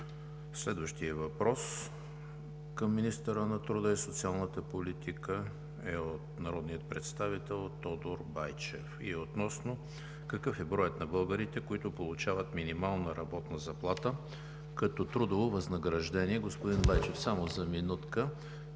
Следващият въпрос към министъра на труда и социалната политика е от народния представител Тодор Байчев относно какъв е броят на българите, които получават минимална работна заплата като трудово възнаграждение. Добре дошли на нашите